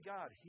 God